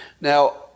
Now